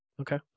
Okay